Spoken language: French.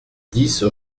dix